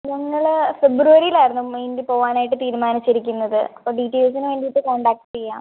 ഞങ്ങൾ ഫെബ്രുവരിയിലായിരുന്നു മെയിലി പോവാനായിട്ട് തീരുമാനിച്ചിരിക്കുന്നത് അപ്പോൾ ഡീറ്റെയിൽസിന് വേണ്ടിയിട്ട് കോൺടാക്ട് ചെയ്യാം